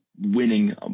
winning